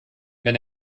wenn